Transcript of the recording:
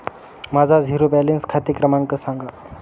माझा zero balance खाते क्रमांक सांगा